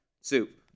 soup